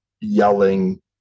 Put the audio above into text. yelling